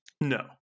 no